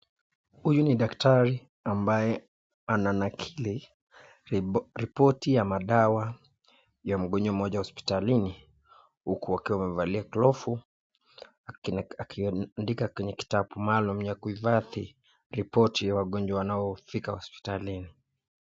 Huyu ni daktari ambaye ananakiri ripoti ya madawa ya mgonjwa mmoja hospitalini huku akiwa amevalia glovu akiandika kwenye kitabu maalum ya kuhifadhi ripoti ya wagonjwa wanaofika hospitalini.